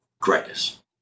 greatness